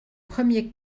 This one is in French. premier